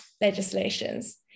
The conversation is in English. legislations